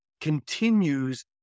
continues